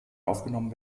aufgenommen